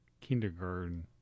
kindergarten